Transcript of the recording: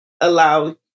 allow